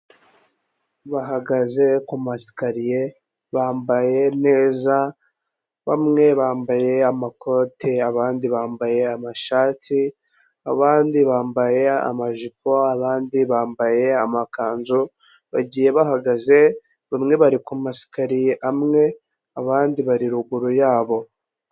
Bahagaze ku masikariye, bambaye neza, bamwe bambaye amakote, abandi bambaye amashati, abandi bambaye amajipo, abandi bambaye amakanzu bagiye bahagaze, bamwe bari ku masikariye amwe, abandi bari ruguru yabo.